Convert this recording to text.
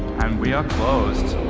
and we are closed.